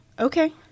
Okay